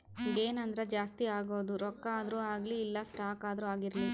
gain ಅಂದ್ರ ಜಾಸ್ತಿ ಆಗೋದು ರೊಕ್ಕ ಆದ್ರೂ ಅಗ್ಲಿ ಇಲ್ಲ ಸ್ಟಾಕ್ ಆದ್ರೂ ಆಗಿರ್ಲಿ